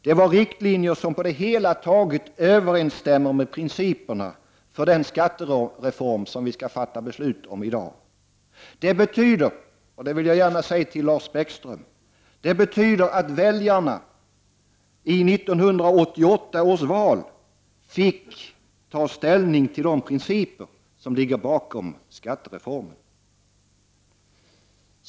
Det var riktlinjer som på det hela taget överensstämmer med principerna för den skattereform som vi skall fatta beslut om i dag. Det betyder — det vill jag gärna säga till Lars Bäckström — att väljarna i 1988 års val fick ta ställning till de principer som ligger bakom skattereformen.